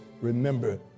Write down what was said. remember